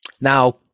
Now